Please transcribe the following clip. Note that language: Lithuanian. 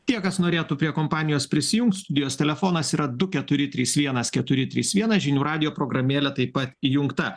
tie kas norėtų prie kompanijos prisijungt studijos telefonas yra du keturi trys vienas keturi trys vienas žinių radijo programėlė taip pat įjungta